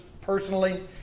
personally